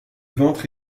ventre